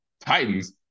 Titans